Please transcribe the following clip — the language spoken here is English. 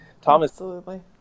Thomas